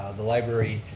ah the library,